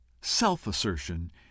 self-assertion